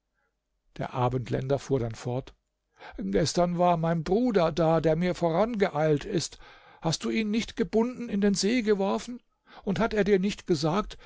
der abendländer fuhr dann fort gestern war mein bruder da der mir vorangeeilt ist hast du ihn nicht gebunden in den see geworfen und hat er dir nicht gesagt